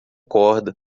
corda